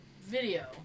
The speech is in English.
video